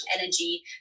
energy